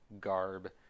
garb